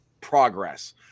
progress